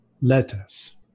letters